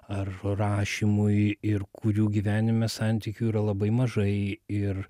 ar rašymui ir kurių gyvenime santykių yra labai mažai ir